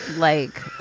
like